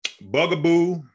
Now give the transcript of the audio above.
bugaboo